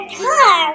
car